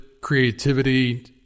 creativity